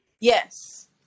Yes